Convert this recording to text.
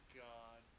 god